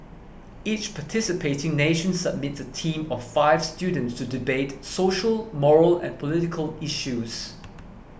each participating nation submits a team of five students to debate social moral and political issues